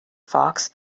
fox